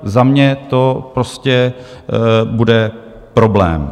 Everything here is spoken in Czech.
Za mě to prostě bude problém.